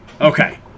Okay